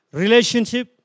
relationship